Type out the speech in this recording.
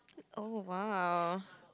oh !wow!